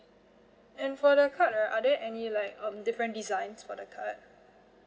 and for the card ah are there any like um different designs for the card